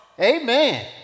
Amen